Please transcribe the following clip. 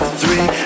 three